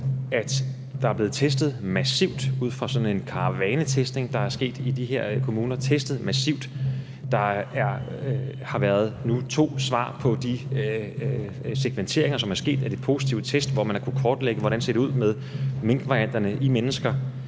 at der er blevet testet massivt ud fra sådan en karavanetestning, der er sket i de her kommuner, altså testet massivt. Der har nu været to svar på de segmenteringer, som er sket af de positive test, hvor man har kunnet kortlægge, hvordan det ser ud med minkvarianterne i mennesker.